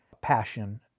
passion